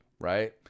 right